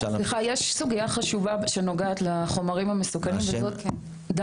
יש סוגיה חשובה שנוגעת לחומרים המסוכנים אני